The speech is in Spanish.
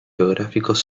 geográficos